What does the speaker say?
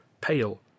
pale